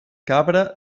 cabra